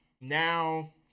now